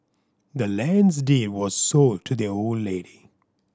the land's deed was sold to the old lady